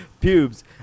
Pubes